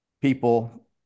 people